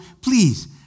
please